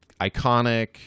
iconic